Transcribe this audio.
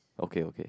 ok ok